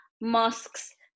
mosques